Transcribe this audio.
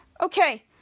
Okay